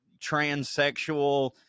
transsexual